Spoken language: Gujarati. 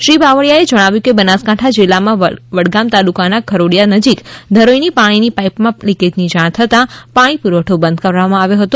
શ્રી બાવળીયાએ જણાવ્યું કે બનાસકાંઠા જિલ્લામાં વડગામ તાલુકાના ખરોડીયા નજીક ધરોઇની પાણીની પાઇપમાં લીકેજની જાણ થતાં પાણી પુરવઠો બંધ કરવામાં આવ્યો હતો